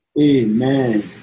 Amen